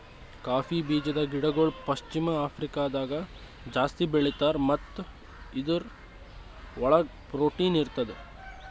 cowpea ಬೀಜದ ಗಿಡಗೊಳ್ ಪಶ್ಚಿಮ ಆಫ್ರಿಕಾದಾಗ್ ಜಾಸ್ತಿ ಬೆಳೀತಾರ್ ಮತ್ತ ಇದುರ್ ಒಳಗ್ ಪ್ರೊಟೀನ್ ಇರ್ತದ